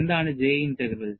എന്താണ് J integral